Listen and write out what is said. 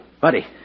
Buddy